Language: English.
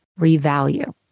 revalue